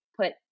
put